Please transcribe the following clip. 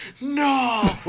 No